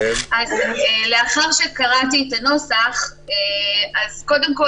לאחר שקראתי את הנוסח אז קודם כול